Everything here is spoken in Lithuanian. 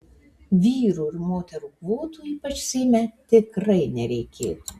vyrų ir moterų kvotų ypač seime tikrai nereikėtų